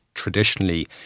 traditionally